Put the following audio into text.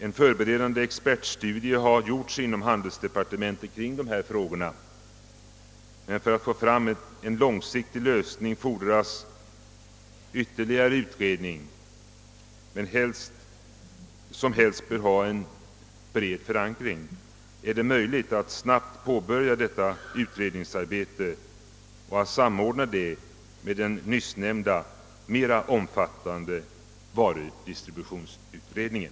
En förberedande expertstudie har inom handelsdepartementet gjorts kring dessa frågor, men för att få fram en långsiktig lösning fordras ytterligare utredning, som helst bör ha en bred förankring. Är det möjligt att snabbt påbörja detta utredningsarbete och att samordna det med den nyssnämnda, mera omfattande varudistributionsutredningen?